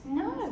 no